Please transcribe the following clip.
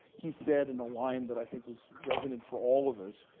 he said, in a line that i think was resonant for all of us,